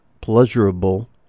pleasurable